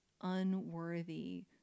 unworthy